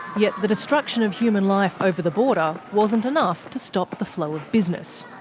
yet the destruction of human life over the border wasn't enough to stop the flow of business.